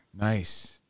Nice